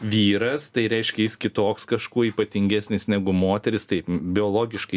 vyras tai reiškia jis kitoks kažkuo ypatingesnis negu moteris tai biologiškai